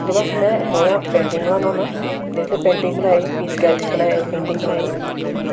ते बस में उ'आं पेंटिंग बनान्ना होन्ना जिसलै पेंटिंग बनाई फ्ही स्कैच बनाए पेंटिंग बनाई ते